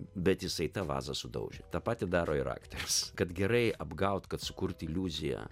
bet jisai tą vazą sudaužė tą patį daro ir aktorius kad gerai apgaut kad sukurti iliuziją